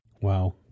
Wow